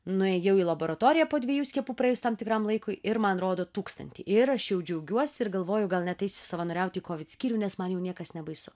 nuėjau į laboratoriją po dviejų skiepų praėjus tam tikram laikui ir man rodo tūkstantį ir aš jau džiaugiuosi ir galvoju gal net eisiu savanoriauti į kovid skyrių nes man jau niekas nebaisu